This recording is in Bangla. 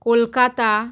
কলকাতা